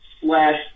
slash